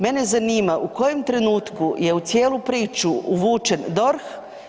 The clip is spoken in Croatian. Mene zanima u kojem trenutku je u cijelu priču uvučen DORH?